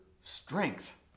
strength